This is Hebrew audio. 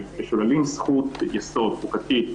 שכששוללים זכות יסוד חוקתית,